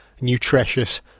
nutritious